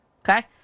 Okay